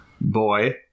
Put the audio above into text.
boy